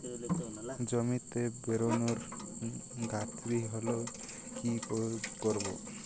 জমিতে বোরনের ঘাটতি হলে কি প্রয়োগ করব?